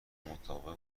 مطابق